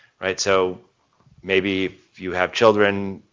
right? so maybe if you have children,